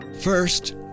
First